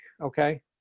okay